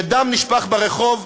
שדם נשפך ברחוב,